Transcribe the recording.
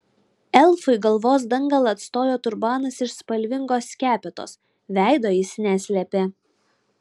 elfui galvos dangalą atstojo turbanas iš spalvingos skepetos veido jis neslėpė